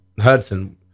Hudson